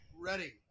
Ready